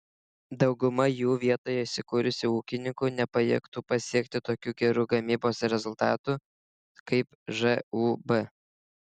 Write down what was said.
dauguma jų vietoje įsikūrusių ūkininkų nepajėgtų pasiekti tokių gerų gamybos rezultatų kaip žūb